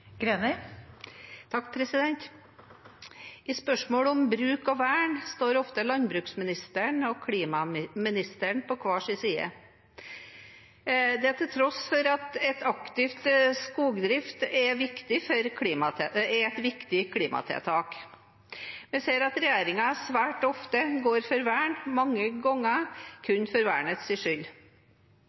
I spørsmål om bruk og vern står ofte landbruksministeren og klimaministeren på hver sin side – det til tross for at en aktiv skogdrift er et viktig klimatiltak. Vi ser at regjeringen svært ofte går for vern, mange ganger kun for vernets skyld.